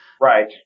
Right